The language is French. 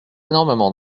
énormément